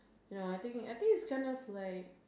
you know I think I think it's kind of like